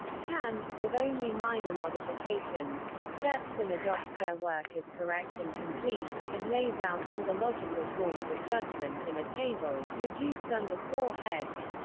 kant, with only minor modifications, accepts and adopts their work as correct and complete, and lays out all the logical forms of judgment in a table, reduced under four heads